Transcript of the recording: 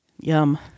Yum